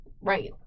Right